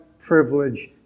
privilege